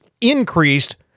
increased